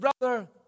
brother